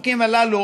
החוקים הללו,